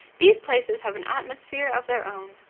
these places have an atmosphere of their own.